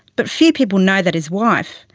but few people know that his wife,